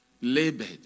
labored